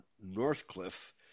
Northcliffe